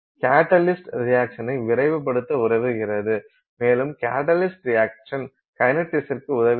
catalyst ரியாக்சனை விரைவுபடுத்த உதவுகிறது மேலும் கட்டலிஸ்ட் ரியாக்சன் கைனடிக்ஸ்க்கு உதவுகிறது